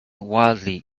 wildly